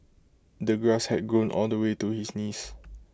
the grass had grown all the way to his knees